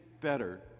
better